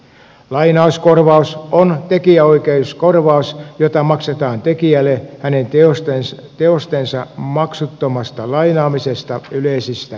lainauskorvaus on tekijänoikeuskorvaus jota maksetaan tekijälle hänen teostensa maksuttomasta lainaamisesta yleisistä kirjastoista